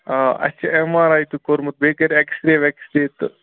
آ اَسہِ چھِ اٮ۪م آر آی تہِ کوٚرمُت بیٚیہِ کٔرۍ اٮ۪کس رے وٮ۪کس رے تہٕ